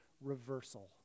reversal